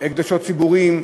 הקדשות ציבוריים,